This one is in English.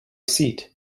seat